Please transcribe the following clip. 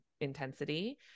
intensity